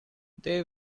they